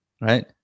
right